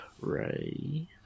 Ray